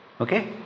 Okay